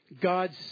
God's